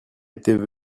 étaient